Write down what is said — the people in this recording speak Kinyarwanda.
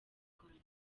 rwanda